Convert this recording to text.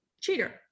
cheater